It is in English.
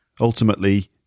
ultimately